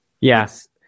yes